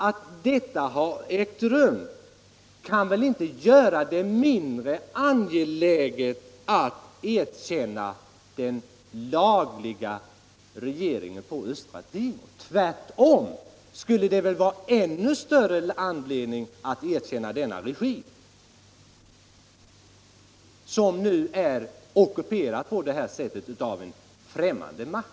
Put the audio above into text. Att detta har ägt rum kan väl inte göra det mindre angeläget att erkänna den lagliga regeringen i Östra Timor, Tvärtom skulle det väl vara ännu större anledning att erkänna denna regim när landet nu på det här sättet delvis är ockuperat av en främmande makt.